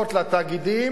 לתאגידים,